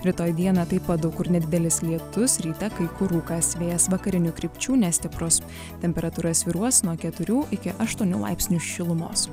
rytoj dieną taip pat daug kur nedidelis lietus ryte kai kur rūkas vėjas vakarinių krypčių nestiprus temperatūra svyruos nuo keturių iki aštuonių laipsnių šilumos